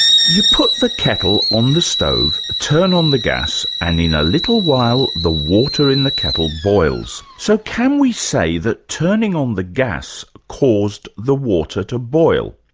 you put the kettle on the stove, turn on the gas, and in a little while the water in the kettle boils. so can we say that turning on the gas caused the water to boil?